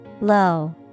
Low